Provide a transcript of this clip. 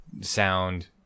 sound